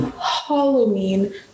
Halloween